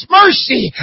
mercy